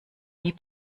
wie